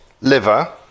liver